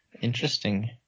Interesting